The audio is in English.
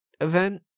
event